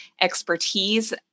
expertise